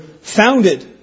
founded